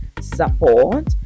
support